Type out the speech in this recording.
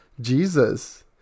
Jesus